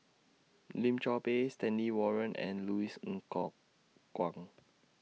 Lim Chor Pee Stanley Warren and Louis Ng Kok Kwang